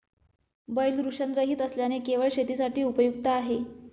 बैल वृषणरहित असल्याने केवळ शेतीसाठी उपयुक्त आहे